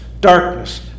darkness